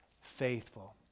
faithful